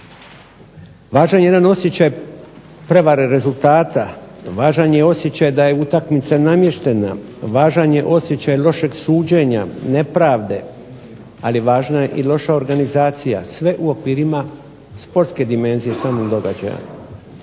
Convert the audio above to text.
Važan je jedan osjećaj prevare rezultata, važan je osjećaj da je utakmica namještena, važan je osjećaj lošeg suđenja, nepravde, ali važna je i loša organizacija. Sve u okvirima sportske dimenzije samih događaja.